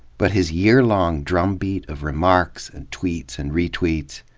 but his year-long drumbeat of remarks and tweets and retweets,